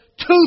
Two